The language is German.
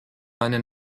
einen